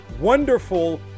wonderful